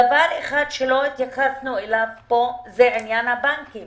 דבר אחד שלא התייחסנו אליו פה זה עניין הבנקים